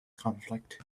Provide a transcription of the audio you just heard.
conflict